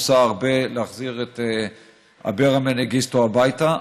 עושה הרבה להחזיר את אברה מנגיסטו הביתה,